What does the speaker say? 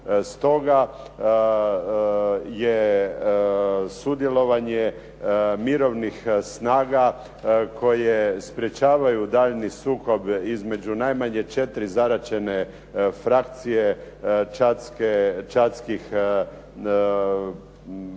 Stoga je sudjelovanje mirovnih snaga koje sprječavanju daljnji sukob između najmanje četiri zaraćene frakcije čadskih